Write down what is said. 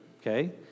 Okay